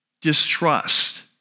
distrust